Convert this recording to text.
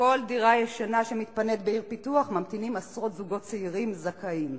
לכל דירה ישנה שמתפנית בעיר פיתוח ממתינים עשרות זוגות צעירים זכאים.